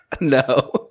No